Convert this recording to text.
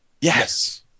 Yes